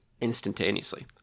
Instantaneously